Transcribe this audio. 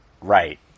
Right